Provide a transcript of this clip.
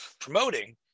promoting